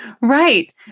Right